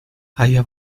haya